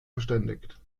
verständigt